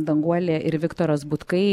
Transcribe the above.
danguolė ir viktoras butkai